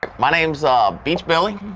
my name is ah beach billy.